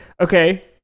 okay